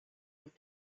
auf